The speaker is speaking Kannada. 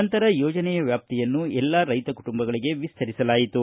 ನಂತರ ಯೋಜನೆಯ ವ್ಯಾಪ್ತಿಯನ್ನು ಎಲ್ಲಾ ರೈತ ಕುಟುಂಬಗಳಿಗೆ ವಿಸ್ತರಿಸಲಾಯಿತು